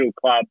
club